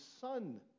son